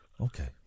Okay